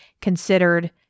considered